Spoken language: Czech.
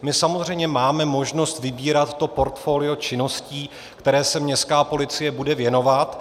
My samozřejmě máme možnost vybírat to portfolio činností, které se městská policie bude věnovat.